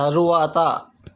తరువాత